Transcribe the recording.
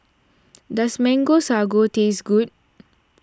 does Mango Sago taste good